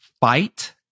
fight